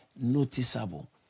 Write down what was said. noticeable